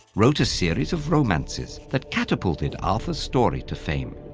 wrote a series of romances that catapulted arthur's story to fame.